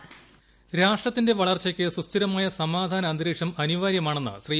voice രാഷ്ട്രത്തിന്റെ വളർച്ചയ്ക്ക് സുസ്ഥിരമായ സമാധാന അന്തരീക്ഷം അനിവാര്യമാണെന്ന് ശ്രീ